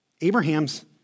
Abraham's